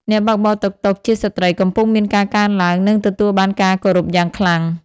អ្នកបើកបរតុកតុកជាស្ត្រី កំពុងមានការកើនឡើង និងទទួលបានការគោរពយ៉ាងខ្លាំង។